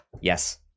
yes